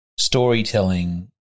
storytelling